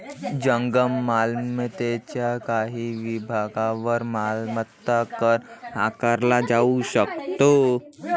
जंगम मालमत्तेच्या काही विभागांवर मालमत्ता कर आकारला जाऊ शकतो